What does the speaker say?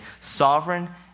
sovereign